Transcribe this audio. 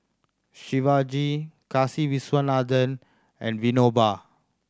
Shivaji Kasiviswanathan and Vinoba